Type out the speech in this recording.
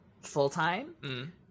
full-time